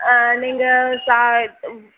நீங்கள்